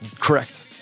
Correct